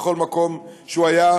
בכל מקום שהוא היה,